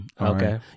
Okay